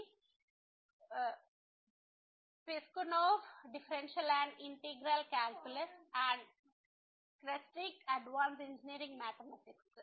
the Piskunov differential and integral calculus and Kreyszig advanced engineering mathematics